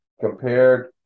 Compared